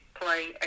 play